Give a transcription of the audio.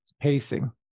pacing